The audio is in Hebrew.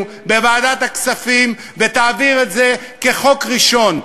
בוועדת הכספים ותעביר את זה כחוק ראשון,